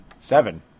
seven